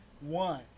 One